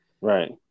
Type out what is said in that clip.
Right